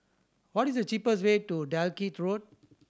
what is the cheapest way to Dalkeith Road